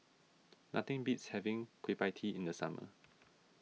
nothing beats having Kueh Pie Tee in the summer